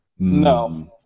No